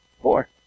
Four